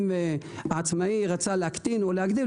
אם עצמאי רצה להקטין או להגדיל,